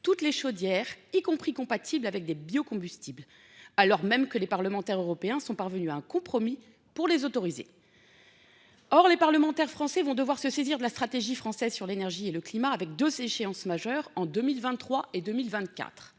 toutes les chaudières, y compris compatible avec des biocombustibles alors même que les parlementaires européens sont parvenus à un compromis pour les autoriser. Or les parlementaires français vont devoir se saisir de la stratégie française sur l'énergie et le climat avec 2 échéances majeures en 2023 et 2024,